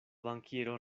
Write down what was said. bankiero